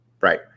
Right